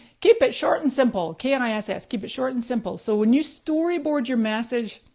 keep it short and simple, k and i s s, keep it short and simple. so when you storyboard your message,